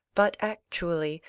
but, actually,